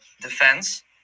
defense